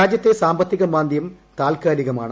രാജ്യത്തെ സാമ്പത്തികമാന്ദ്യം താൽക്കാലികമാണ്